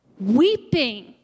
weeping